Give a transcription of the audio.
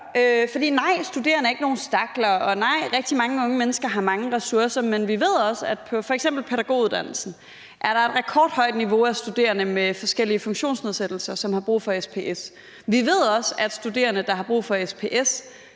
noget. Nej, studerende er ikke nogle stakler, og nej, rigtig mange unge mennesker har mange ressourcer, men vi ved også, at på f.eks. pædagoguddannelsen er der et rekordhøjt niveau af studerende med forskellige funktionsnedsættelser, som har brug for SPS. Vi ved også, at studerende, der har brug for SPS,